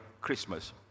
Christmas